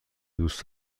دوست